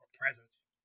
presence